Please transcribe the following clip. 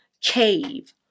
cave